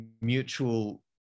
mutual